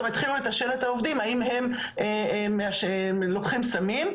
גם יתחילו לתשאל את העובדים האם הם לוקחים סמים.